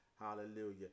Hallelujah